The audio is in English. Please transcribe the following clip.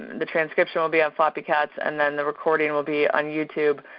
the transcription will be on floppycats and then the recording will be on youtube,